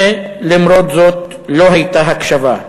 ולמרות זאת לא הייתה הקשבה.